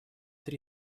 три